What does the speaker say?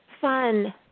fun